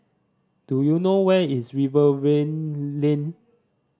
do you know where is Rivervale Lane